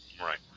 Right